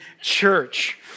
church